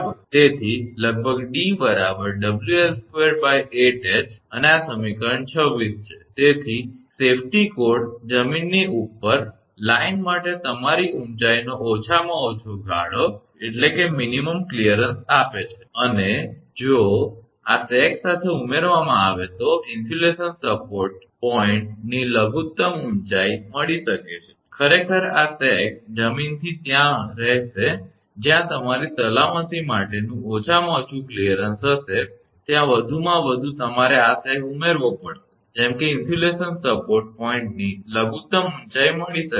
તેથી લગભગ 𝑑 𝑊𝐿28𝐻 અને આ સમીકરણ 26 છે તેથી સલામતી કોડ જમીનની ઉપર લાઇન માટે તમારી ઊંચાઇનો ઓછામાં ઓછો ગાળો મીનીમમ કલીયરંસ આપે છે અને જો આ સેગ સાથે ઉમેરવામાં આવે તો ઇન્સ્યુલેશન સપોર્ટ પોઇન્ટ ની લઘુત્તમ ઊંચાઇ મળી શકે છે ખરેખર આ સેગ જમીનથી ત્યાં રહેશે જ્યાં તમારી સલામતી માટેનું ઓછામાં ઓછું કલીયરંસ હશે ત્યાં વધુમાં તમારે આ સેગ ઉમેરવો પડશે જેમ કે ઇન્સ્યુલેશન સપોર્ટ પોઇન્ટની લઘુત્તમ ઊંચાઇ મળી શકે છે